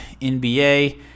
NBA